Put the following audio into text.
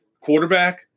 quarterback